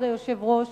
כבוד היושב-ראש,